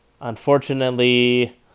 Unfortunately